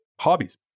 hobbies